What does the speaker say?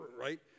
right